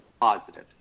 positive